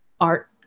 art